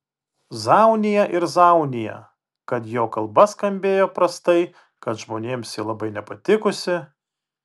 zaunija ir zaunija kad jo kalba skambėjo prastai kad žmonėms ji labai nepatikusi